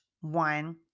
one